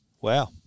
Wow